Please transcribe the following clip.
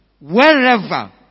Wherever